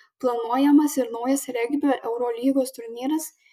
planuojamas ir naujas regbio eurolygos turnyras